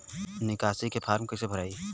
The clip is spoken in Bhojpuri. निकासी के फार्म कईसे भराई?